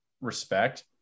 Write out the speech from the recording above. respect